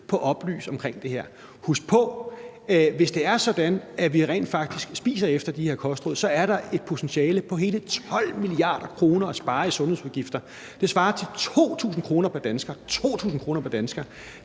at oplyse om det her. Husk på, at hvis det er sådan, at vi rent faktisk spiser efter de her kostråd, er der et potentiale på hele 12 mia. kr., som vi kan spare i sundhedsudgifter. Det svarer til 2.000 kr. pr. dansker! Den udgift,